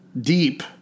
deep